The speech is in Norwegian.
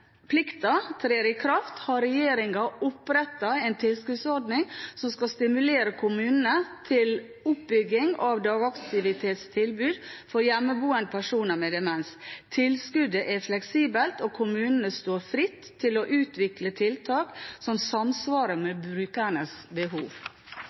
tilskuddsordning som skal stimulere kommunene til oppbygging av dagaktivitetstilbud for hjemmeboende personer med demens. Tilskuddet er fleksibelt, og kommunene står fritt til å utvikle tiltak som samsvarer